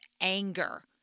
anger